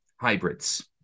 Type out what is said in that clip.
hybrids